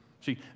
See